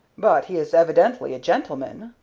but he is evidently a gentleman?